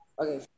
okay